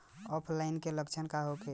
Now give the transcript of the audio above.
ऑफलाइनके लक्षण का होखे?